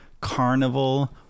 carnival